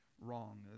wrong